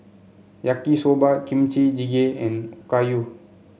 Yaki Soba Kimchi Jjigae and Okayu